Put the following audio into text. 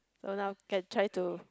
so now can try to